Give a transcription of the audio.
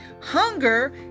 Hunger